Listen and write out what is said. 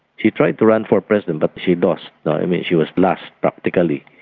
she tried to run for president but she lost, i mean she was last practically.